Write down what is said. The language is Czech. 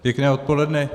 Pěkné odpoledne.